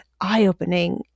eye-opening